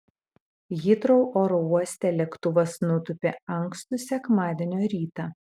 hitrou oro uoste lėktuvas nutūpė ankstų sekmadienio rytą